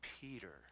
Peter